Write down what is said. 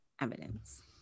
evidence